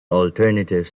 alternative